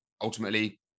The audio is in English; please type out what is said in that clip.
ultimately